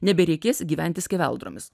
nebereikės gyventi skeveldromis